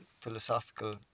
philosophical